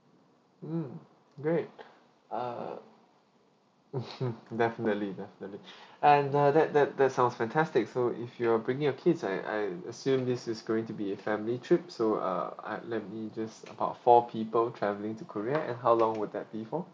mm great uh definitely definitely and uh that that that sounds fantastic so if you're bringing your kids and I assume this is going to be a family trip so uh I let me just about four people travelling to korea and how long will that be for